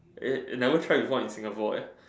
is it you never try before in Singapore